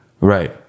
right